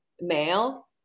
male